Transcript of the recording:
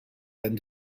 and